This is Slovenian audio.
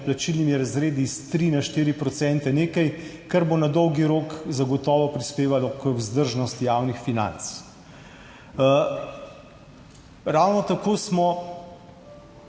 plačilnimi razredi s 3 na 4 procente nekaj, kar bo na dolgi rok zagotovo prispevalo k vzdržnosti javnih financ. Ravno tako smo